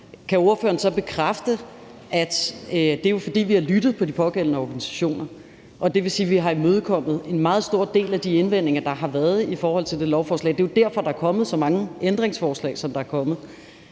kan ordføreren så bekræfte, at det jo er, fordi vi har lyttet til de pågældende organisationer, og at det vil sige, at vi har imødekommet en meget stor del af de indvendinger, der har været i forhold til lovforslaget? Det er jo derfor, der er kommet så mange ændringsforslag, som der er kommet.